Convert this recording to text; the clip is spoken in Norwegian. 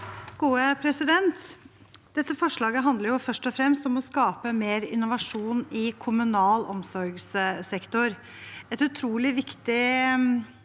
leder): Dette forslaget handler først og fremst om å skape mer innovasjon i kommunal omsorgssektor,